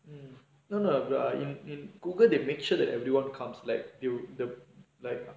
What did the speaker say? just to they make sure that everyone comes like do the like